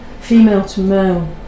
female-to-male